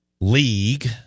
league